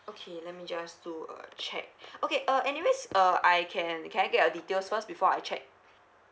okay let me just do a check okay uh anyways uh I can can I get a details first before I check